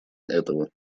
этого